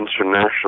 international